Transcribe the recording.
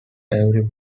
every